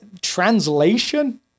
Translation